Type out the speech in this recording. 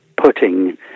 putting